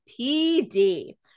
PD